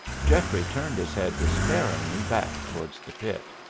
geoffrey turned his head despairingly back towards the pit.